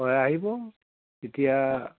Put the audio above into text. হয় আহিব তেতিয়া